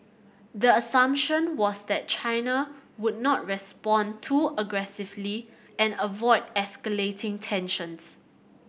the assumption was that China would not respond too aggressively and avoid escalating tensions